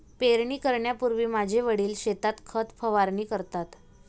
पेरणी करण्यापूर्वी माझे वडील शेतात खत फवारणी करतात